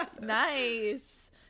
nice